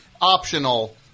optional